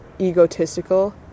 egotistical